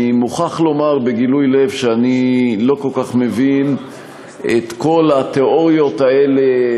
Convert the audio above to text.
אני מוכרח לומר בגילוי לב שאני לא כל כך מבין את כל התיאוריות האלה,